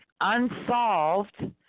unsolved